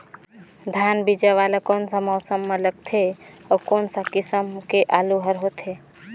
धान बीजा वाला कोन सा मौसम म लगथे अउ कोन सा किसम के आलू हर होथे?